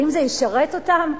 האם זה ישרת אותם?